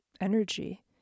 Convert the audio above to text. energy